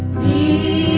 d